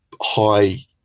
high